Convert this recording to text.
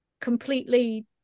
completely